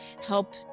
help